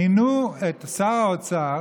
מינו שר אוצר